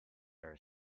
are